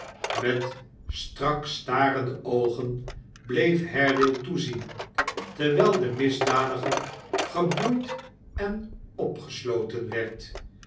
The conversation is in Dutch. met strak starende oogen bleef haredale toezien terwijl de misdadiger geboeid en opgesloten werd